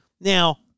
Now